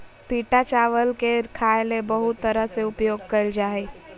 पिटा चावल के खाय ले बहुत तरह से उपयोग कइल जा हइ